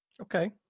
Okay